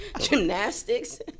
gymnastics